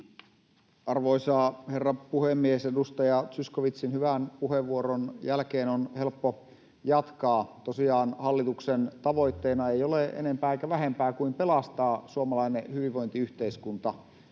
Arvoisa herra puhemies! Edustaja Zyskowiczin hyvän puheenvuoron jälkeen on helppo jatkaa. Tosiaan hallituksen tavoitteena ei ole enempää eikä vähempää kuin pelastaa suomalainen hyvinvointiyhteiskunta.